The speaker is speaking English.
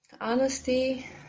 Honesty